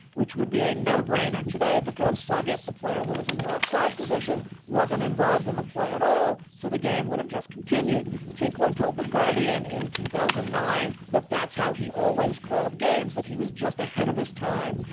which would be a no brainer today because sloggett, the player who was in the offside position, wasn't involved in the play at all. so the game would have just continued. tinkler told the guardian in two thousand and nine that that's how he always called games, that he was just ahead of his time.